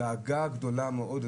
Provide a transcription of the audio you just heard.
דאגה גדולה מאוד,